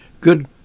Good